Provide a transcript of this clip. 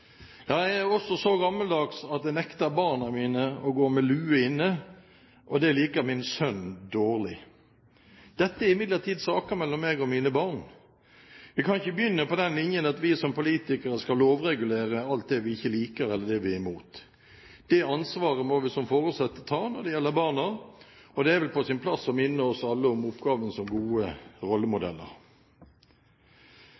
jeg er også så gammeldags at jeg nekter barna mine å gå med lue inne, og det liker min sønn dårlig. Dette er imidlertid saker mellom meg og mine barn. Vi kan ikke begynne på den linjen at vi som politikere skal lovregulere alt det vi ikke liker, eller det vi er imot. Det ansvaret må vi som foresatte ta når det gjelder barna, og det er vel på sin plass å minne oss alle om oppgaven som gode